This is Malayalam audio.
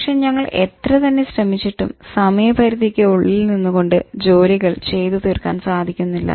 പക്ഷെ ഞങ്ങൾ എത്ര തന്നെ ശ്രമിച്ചിട്ടും സമയപരിധിക്ക് ഉള്ളിൽ നിന്നുകൊണ്ട് ജോലികൾ ചെയ്തു തീർക്കാൻ സാധിക്കുന്നില്ല